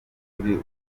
ishuri